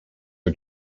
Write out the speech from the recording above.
are